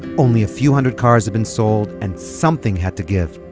only a few hundred cars had been sold, and something had to give